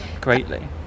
greatly